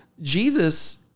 Jesus